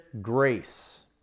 grace